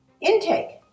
intake